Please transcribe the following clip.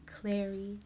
Clary